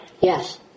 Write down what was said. Yes